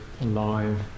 alive